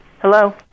Hello